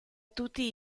tutti